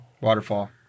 Waterfall